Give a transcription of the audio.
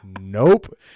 nope